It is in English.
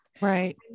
right